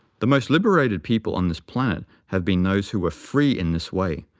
the most liberated people on this planet have been those who were free in this way,